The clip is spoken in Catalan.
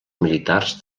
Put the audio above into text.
militars